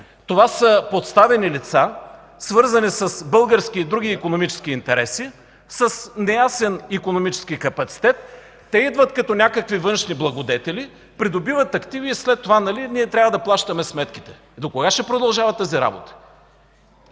Това са подставени лица, свързани с български и други икономически интереси с неясен икономически капацитет. Те идват като някакви външни благодетели, придобиват активи и след това ние трябва да плащаме сметките. Докога ще продължава тази работа?!